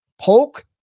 Polk